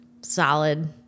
solid